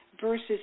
versus